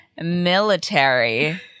military